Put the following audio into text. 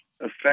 affect